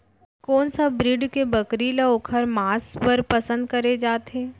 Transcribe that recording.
कोन से ब्रीड के बकरी ला ओखर माँस बर पसंद करे जाथे?